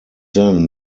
then